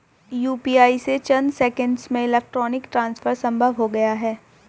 UPI से चंद seconds में इलेक्ट्रॉनिक ट्रांसफर संभव हो गया है